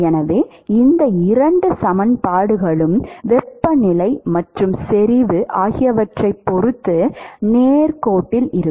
எனவே இந்த இரண்டு சமன்பாடுகளும் வெப்பநிலை மற்றும் செறிவு ஆகியவற்றைப் பொறுத்து நேர்கோட்டில் இருக்கும்